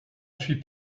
suis